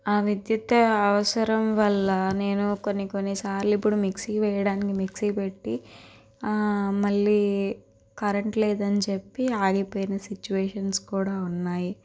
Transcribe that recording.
ఆ విద్యుత్తు అవసరం వల్ల నేను కొన్ని కొన్ని సార్లు ఇప్పుడు మిక్సీ వేయడానికి మిక్సీ పెట్టి మళ్ళీ కరెంటు లేదని చెప్పి ఆగిపోయిన సిచ్చువేషన్స్ కూడా ఉన్నాయి